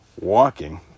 walking